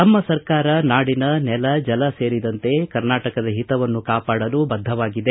ತಮ್ಮ ಸರ್ಕಾರ ನಾಡಿನ ನೆಲ ಜಲ ಸೇರಿದಂತೆ ಕರ್ನಾಟಕದ ಹಿತವನ್ನು ಕಾಪಾಡಲು ಬದ್ಧವಾಗಿದೆ